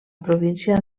província